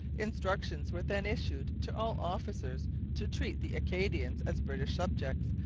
instructions were then issued to all officers to treat the acadians as british subjects,